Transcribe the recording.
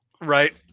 Right